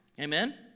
Amen